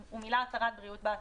שהוא מילא הצהרת בריאות באתר,